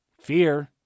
fear